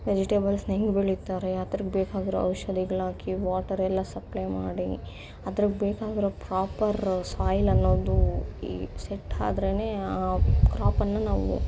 ವೆಜಿಟೇಬಲ್ಸ್ನ ಹೆಂಗೆ ಬೆಳೀತಾರೆ ಅದಕ್ಕೆ ಬೇಕಾಗಿರೋ ಔಷಧಿಗಳಾಕಿ ವಾಟರೆಲ್ಲ ಸಪ್ಲೈ ಮಾಡಿ ಅದಕ್ಕೆ ಬೇಕಾಗಿರೋ ಪ್ರಾಪರ ಸ್ವಾಯ್ಲ್ ಅನ್ನೋದು ಈ ಸೆಟ್ ಆದ್ರೆನೇ ಆ ಕ್ರಾಪನ್ನು